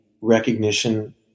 recognition